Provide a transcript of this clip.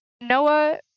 Noah